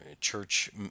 church